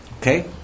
Okay